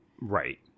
right